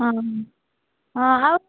ହଁ ହଁ ହଁ ଆଉ